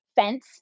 fence